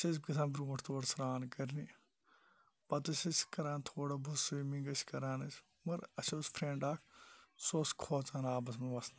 أسۍ ٲسۍ گَژھان برونٚٹھ تور سران کَرنہِ پَتہٕ ٲسۍ أسۍ کَران تھوڑا بہت سوِمِنٛگ ٲسۍ کَران أسۍ مَگَر اَسہِ اوس فرنٛڈ اکھ سُہ اوس کھوژان آبَس مَنٛز وَسنَس